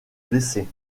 blessé